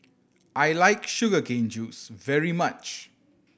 I like sugar cane juice very much